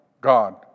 God